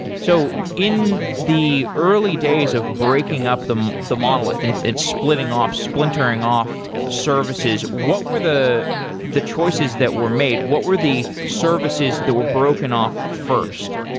so in the early days of breaking up the monolith and and splitting off, splintering off services, what were the the choices that were made? what were the services that were broken off first?